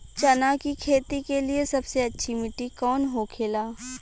चना की खेती के लिए सबसे अच्छी मिट्टी कौन होखे ला?